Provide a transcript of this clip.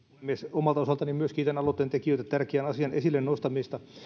omalta osaltani myös kiitän aloitteen tekijöitä tärkeän asian esille nostamisesta